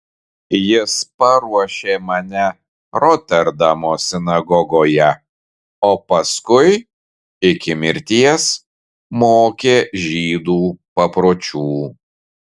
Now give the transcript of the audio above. jis paruošė mane roterdamo sinagogoje o paskui iki mirties mokė žydų papročių